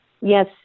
yes